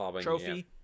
trophy